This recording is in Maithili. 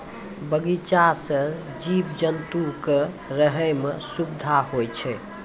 बगीचा सें जीव जंतु क रहै म सुबिधा होय छै